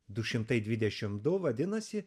du šimtai dvidešimt du vadinasi